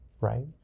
Right